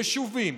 יישובים,